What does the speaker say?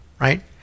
Right